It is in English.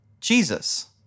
Jesus